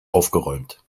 aufgeräumt